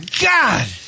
God